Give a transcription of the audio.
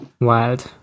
wild